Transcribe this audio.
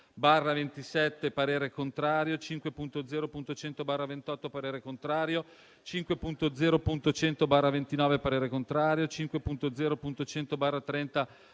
parere contrario